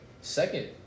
Second